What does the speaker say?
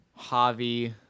Javi